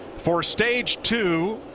for stage two